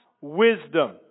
wisdom